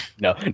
No